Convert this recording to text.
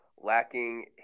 lacking